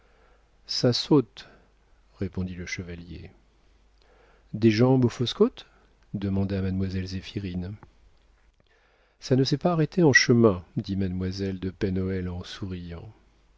ça saute répondit le chevalier des jambes aux fausses côtes demanda mademoiselle zéphirine ça ne s'est pas arrêté en chemin dit mademoiselle de pen hoël en souriant